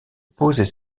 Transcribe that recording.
poser